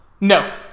No